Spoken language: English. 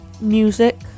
music